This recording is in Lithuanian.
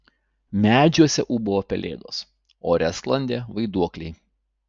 medžiuose ūbavo pelėdos ore sklandė vaiduokliai